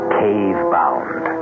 cave-bound